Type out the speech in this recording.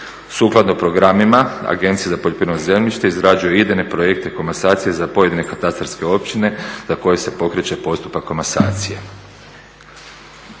Sukladno programima Agencija za poljoprivredno zemljište izrađuje idejne projekte komasacije za pojedine katastarske općine za koje se pokreće postupak komasacije.